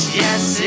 yes